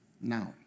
Now